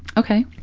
okay.